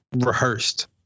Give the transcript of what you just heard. rehearsed